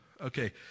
Okay